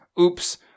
oops